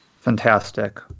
Fantastic